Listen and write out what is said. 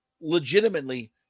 Legitimately